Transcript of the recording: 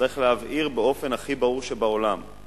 צריך להבהיר באופן הכי ברור שבעולם,